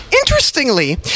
Interestingly